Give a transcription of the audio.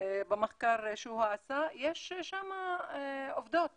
במחקר שהוא עשה, יש שם עובדות